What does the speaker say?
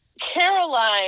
Caroline